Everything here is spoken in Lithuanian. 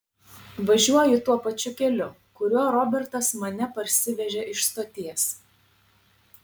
važiuoju tuo pačiu keliu kuriuo robertas mane parsivežė iš stoties